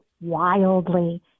wildly